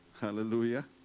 Hallelujah